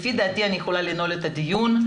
לפי דעתי אני יכולה לנעול את הדיון.